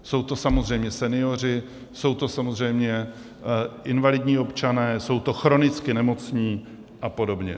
Jsou to samozřejmě senioři, jsou to samozřejmě invalidní občané, jsou to chronicky nemocní apod.